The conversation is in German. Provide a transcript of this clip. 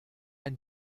ein